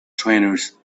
trainers